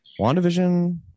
wandavision